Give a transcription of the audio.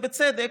בצדק,